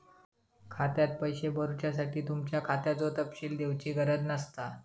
खात्यात पैशे भरुच्यासाठी तुमच्या खात्याचो तपशील दिवची गरज नसता